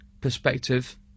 perspective